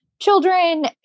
children